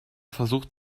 versucht